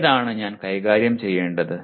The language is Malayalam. ഏതാണ് ഞാൻ കൈകാര്യം ചെയ്യേണ്ടത്